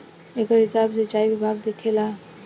एकर हिसाब सिचाई विभाग देखेला